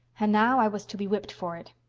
and now i was to be whipped for it.